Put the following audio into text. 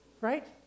Right